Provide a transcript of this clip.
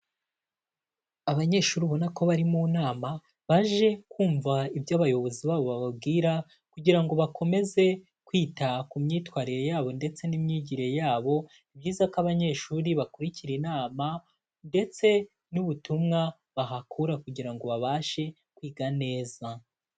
Abanyeshuri ubona ko bari mu nama, baje kumva ibyo abayobozi babo bababwira kugira ngo bakomeze kwita ku myitwarire yabo ndetse n'imyigire yabo. Ni byiza ko abanyeshuri bakurikira inama ndetse n'ubutumwa bahakura kugira ngo babashe kwiga neza.